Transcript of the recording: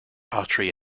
artery